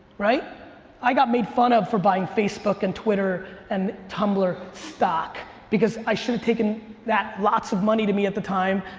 i got made fun of for buying facebook and twitter and tumblr stock because i should've taken that lots of money to me at the time,